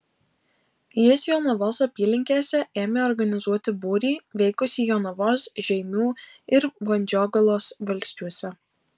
jis jonavos apylinkėse ėmė organizuoti būrį veikusį jonavos žeimių ir vandžiogalos valsčiuose